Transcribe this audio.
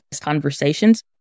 conversations